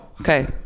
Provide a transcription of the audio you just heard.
Okay